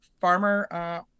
farmer